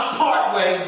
partway